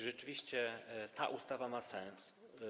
Rzeczywiście, ta ustawa ma sens.